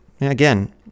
again